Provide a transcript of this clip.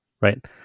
right